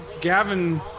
Gavin